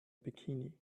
bikini